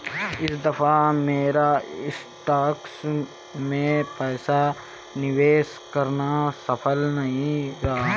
इस दफा मेरा स्टॉक्स में पैसा निवेश करना सफल नहीं रहा